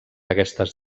aquestes